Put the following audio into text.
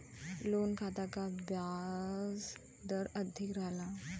loan खाता क ब्याज दर अधिक रहला